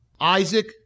Isaac